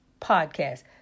podcast